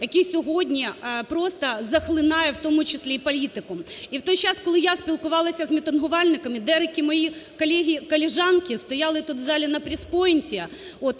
який сьогодні просто захлинає, в тому числі і політику. І в той час, коли я спілкувалася з мітингувальниками, деякі мої колеги і колежанки стояли тут в залі на прес-пойнте,